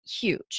huge